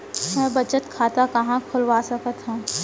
मै बचत खाता कहाँ खोलवा सकत हव?